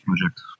Project